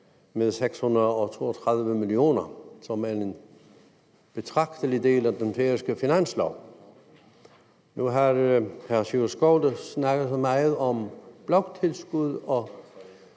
med 632 mio. kr., som er en betragtelig del af den færøske finanslov. Nu har hr. Sjúrður Skaale snakket så meget om bloktilskuddet,